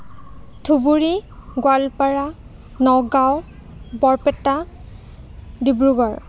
Dhubri Goalpara Nagaon Barpeta Dibrugarh